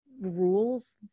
rules